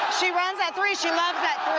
she runs at three she loves that